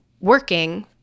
working